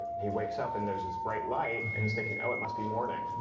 he wakes up, and there's this bright light, and he's thinking, oh, it must be morning.